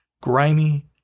grimy